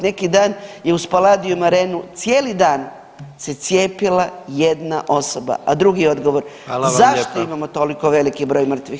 Neki dan je u Spaladium arenu cijeli dan se cijepila jedna osoba, a drugi odgovor zašto imamo toliko veliki broj mrtvih?